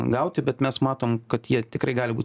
gauti bet mes matom kad jie tikrai gali būt